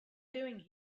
doing